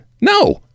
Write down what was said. No